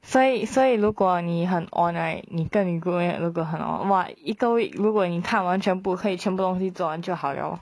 所以所以如果你很 on right 你跟你 group mate 如果很 on !wah! 一个 week 如果你看完全部可以全部东西做完就好了